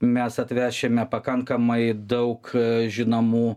mes atvešime pakankamai daug žinomų